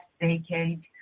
decade